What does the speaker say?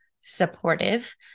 supportive